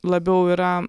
labiau yra